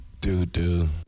Do-do